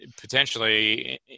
potentially